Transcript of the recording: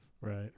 Right